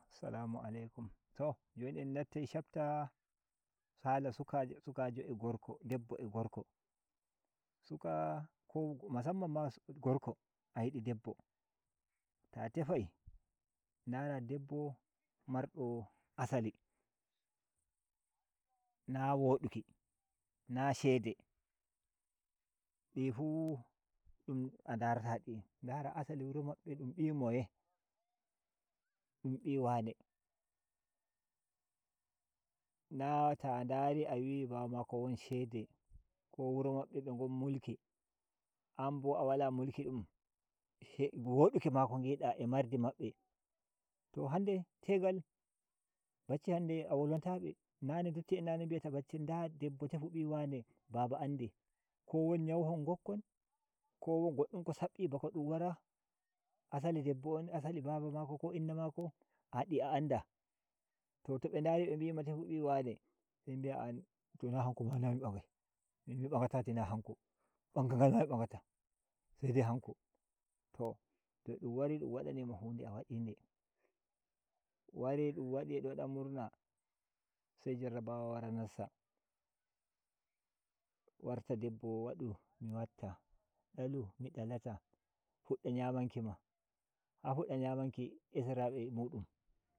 Salamu alaikum to jon en nastai capter hala sukajo sukajo a gorko debbo a gorko suka ko gorko a yidu debbo ta tefai ndara debbo mardo asali na woduki na shede di fu a ndar ta di ndara asali wuro mabbe dum bi moye dun bi wane na ta ndari awi babamako won shede ko wuro mabb be ngon mulki an bo a wala mulki dum woduki mako ngida a mardi mabbe to han nde tegal bacci hande a wolwan ta be nane dottien nane bi a ta baccel nda debbo tefu bi wane baba andi ko won ‘yawuhon ngokkon ko won goddum ko sabbi bako dum wara asali debbo on asali baba mako ko innamako di a anda to to be ndari be mi ma tefu bi wane se bi’a to na hanko na mi ban gai min mi ba ngata tona hanko, banngal ngalma mi ba ngata se dai hanko to to dun wai dum wadami ma hunde a wadi nde dun wari dun wadi a dum wada murna se jarrabawa wara nasta warta debbo wadu mi watta dalu mi dalata fuda nyamanki ma ha fudda nyamanki esirable mu dun.